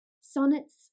Sonnets